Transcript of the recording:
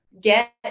get